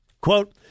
Quote